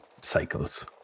cycles